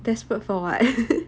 desperate for what